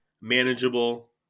manageable